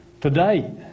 Today